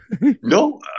No